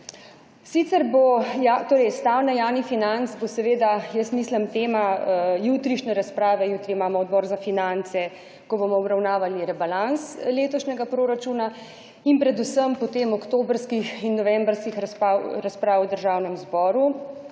torej stanje javnih financ bo seveda, jaz mislim, tema jutrišnje razprave, jutri imamo Odbor za finance, ko bomo obravnavali rebalans letošnjega proračuna in predvsem potem oktobrskih in novembrskih razprav v Državnem zboru,